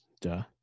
Duh